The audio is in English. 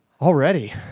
Already